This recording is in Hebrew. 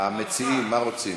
המציעים, מה רוצים?